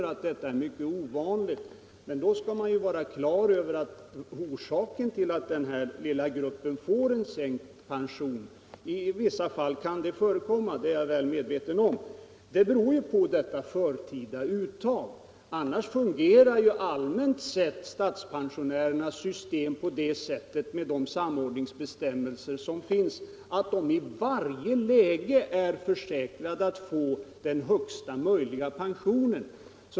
Jag vill i anslutning härtill upplysa herr Henmark om att orsaken till att denna lilla grupp får sänkt pension — jag är medveten om att det i vissa fall kan förekomma — är det förtida uttaget. Annars fungerar allmänt sett statspensionärernas system på det sättet med de samordningsbestämmelser som finns att de i varje läge är försäkrade att få den högsta möjliga pensionen.